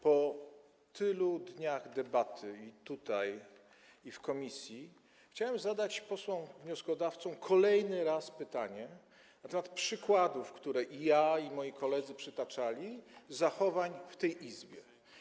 Po tylu dniach debaty i tutaj, i w komisji chciałem zadać posłom wnioskodawcom kolejny raz pytanie dotyczące przykładów, które i ja, i moi koledzy przytaczaliśmy, zachowań w tej Izbie.